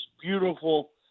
beautiful